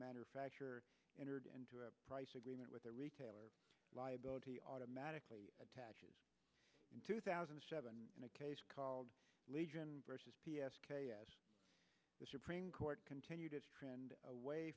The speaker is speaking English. manufacturer entered into a price agreement with the retailer liability automatically attaches in two thousand and seven in a case called legion versus p s k s the supreme court continue to trend away